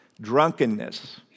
drunkenness